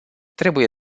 trebuie